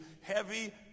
heavy